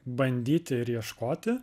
bandyti ir ieškoti